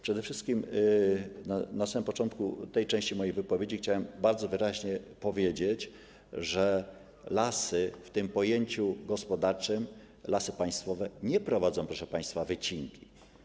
Przede wszystkim na samym początku tej części mojej wypowiedzi chciałem bardzo wyraźnie powiedzieć, że lasy w pojęciu gospodarczym, Lasy Państwowe nie prowadzą, proszę państwa, wycinki.